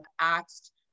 asked